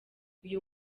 uyu